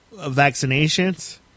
Vaccinations